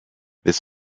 this